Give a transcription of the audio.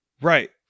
Right